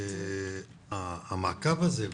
המעקב הזה,